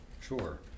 sure